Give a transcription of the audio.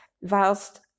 Whilst